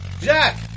Jack